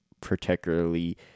particularly